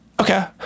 okay